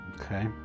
Okay